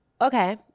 Okay